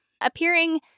appearing